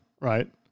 right